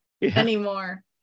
anymore